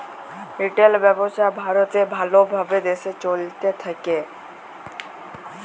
retail ব্যবসা ভারতে ভাল ভাবে দেশে চলতে থাক্যে